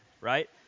right